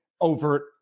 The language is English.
overt